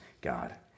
God